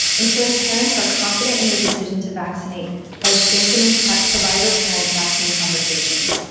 ensuring parents are confident in their decision to vaccinate by strengthening provider parent vaccine conversations,